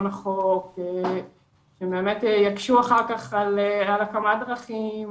החוק שבאמת יקשו אחר כך על הקמת דרכים,